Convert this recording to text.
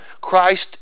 Christ